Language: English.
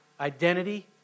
identity